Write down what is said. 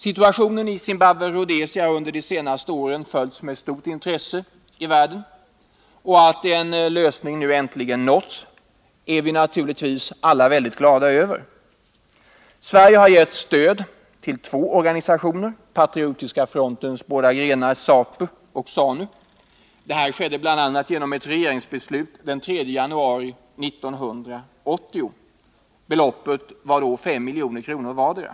Situationen i Zimbabwe-Rhodesia har under de senaste åren följts med stort intresse i världen. Att en lösning nu äntligen nåtts är vi naturligtvis alla glada över. Sverige har gett stöd till två organisationer, Patriotiska frontens båda grenar ZAPU och ZANU. Detta skedde bl.a. genom ett regeringsbeslut den 3 januari 1980. Beloppet var då 5 milj.kr. vardera.